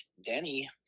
Denny